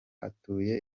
atuye